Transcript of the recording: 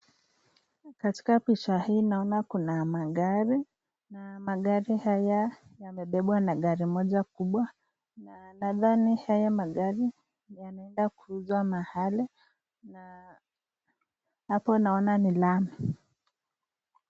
Katika picha hii naona kuna magari, na magari haya yamebebwa na gari moja kubwa, na nadhani haya magari yanaenda kuuzwa mahali na hapa naona ni lami.